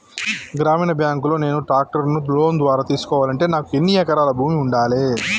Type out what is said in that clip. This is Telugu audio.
గ్రామీణ బ్యాంక్ లో నేను ట్రాక్టర్ను లోన్ ద్వారా తీసుకోవాలంటే నాకు ఎన్ని ఎకరాల భూమి ఉండాలే?